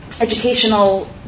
educational